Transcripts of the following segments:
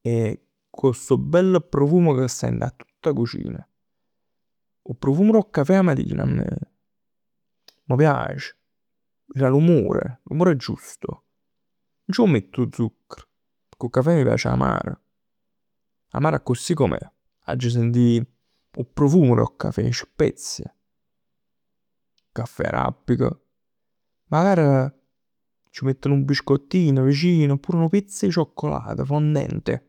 E cu stu bell profum ca sta dint a tutt 'a cucin. 'O profumo d' 'o cafè 'a matin a me m' piac. Già l'umore, l'umore giusto. Nun c' 'o mett 'o zuccher. Pecchè 'o cafè m' piac amaro. Amaro accussì comm'è. Aggia sentì 'o profumo d' 'o cafè, 'e spezie. Caffè arabico. Magari ci mett nu biscottin vicino. Oppure nu piezz 'e cioccolat fondente, accussì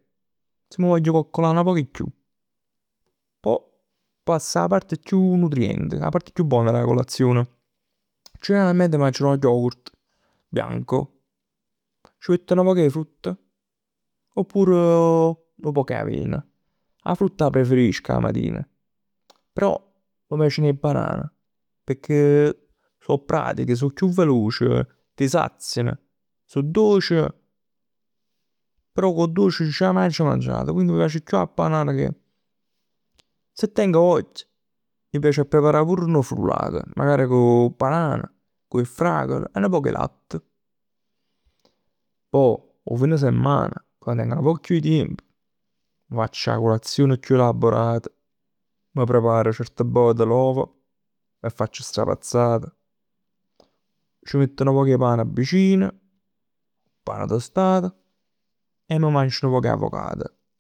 mi vogl coccolà nu poc 'e chiù. Pò pass 'a part chiù nutrient, 'a part chiù bona d' 'a colazion. Generalmente m' mangio nu yogurt bianco, c' mett nu poc 'e frutta, oppur nu poc 'e avena. 'A frutt 'a preferisc 'a matin. Però m' piacen 'e banan. Pecchè so pratiche, so chiù veloc. T' sazian. So doce, però cu 'o doce già m'aggia mangiat, quindi m' piace chiù 'a banana che, se tengo voglia m' piace a preparà pur nu frullat. Magari cu 'a banan, cu 'e fragol e nu poc 'e latt. Pò 'o fine semman quann teng nu poc chiù 'e tiemp, m' facc 'na colazion chiù elaborata. M' prepar certe vot l'ova, 'e facc strapazzat, c' mett nu poc 'e pan vicin, pane tostato. E m' mangio nu poc 'e avocado.